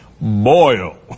Boil